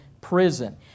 prison